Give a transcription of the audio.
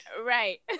right